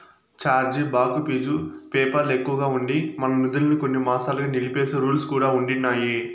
charge back fees PayPal ఎక్కువగా ఉండి, మన నిదుల్మి కొన్ని మాసాలుగా నిలిపేసే రూల్స్ కూడా ఉండిన్నాయి